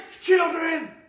children